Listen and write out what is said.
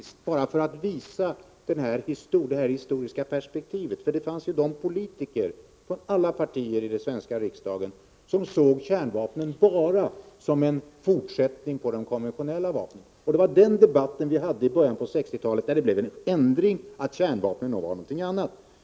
Herr talman! Till sist bara några ord för att visa det historiska perspektivet. Det fanns politiker från alla partier i den svenska riksdagen som såg kärnvapnen bara som en fortsättning på de konventionella vapnen. Det var i debatten i början av 1960-talet som det blev en ändring, nämligen att kärnvapnen var någonting annat.